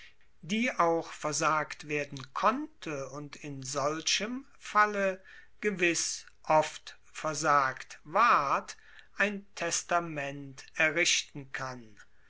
die auch versagt werden konnte und in solchem falle gewiss oft versagt ward ein testament errichten kann